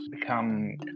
become